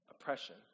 oppression